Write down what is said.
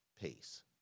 pace